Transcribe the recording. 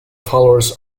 followers